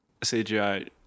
CGI